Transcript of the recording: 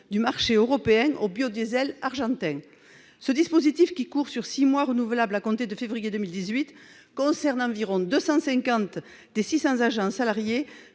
du marché européen au biodiesel argentin. Ce dispositif, qui court sur six mois renouvelables à compter de février 2018, concerne environ 250 des 600 salariés